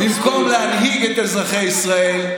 במקום להנהיג את אזרחי ישראל,